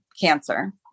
cancer